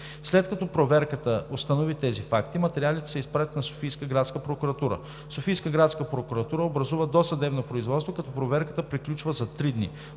След като проверката установи тези факти, материалите са изпратени на Софийска градска прокуратура. Софийска градска прокуратура образува досъдебно производство, като проверката приключва за три дни